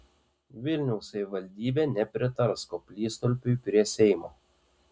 vilniaus savivaldybė nepritars koplytstulpiui prie seimo